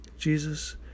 Jesus